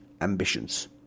ambitions